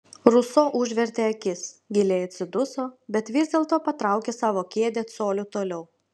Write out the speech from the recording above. ruso užvertė akis giliai atsiduso bet vis dėlto patraukė savo kėdę coliu toliau